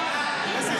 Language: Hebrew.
13,